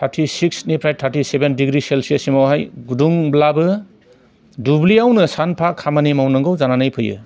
thirty सिख्सनिफ्राय थार्थि seven degree Celsius सिमावहाय गुदुंलाबो दुब्लियावनो सानफा खामानि मावनांगौ जानानै फैयो